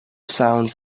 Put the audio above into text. sounds